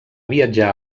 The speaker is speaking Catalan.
viatjar